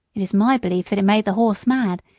it is my belief that it made the horse mad,